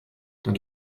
dann